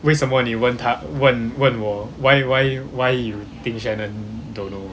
为什么你问她问问我 why why why you think shannon don't know